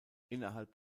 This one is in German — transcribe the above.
innerhalb